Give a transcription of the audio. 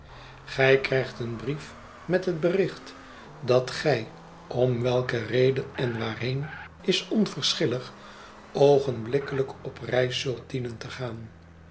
gij krijgt een brief met het bericht dat gij ora welke reden en waarheen is onverschillig oogenblikkelijk op reis zult dienen te gaan